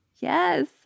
Yes